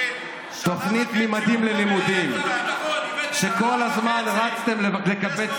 אנחנו ואנחנו ואנחנו, אתה מבין?